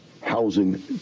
housing